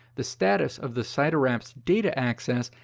the status of the site or app's data access,